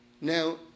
Now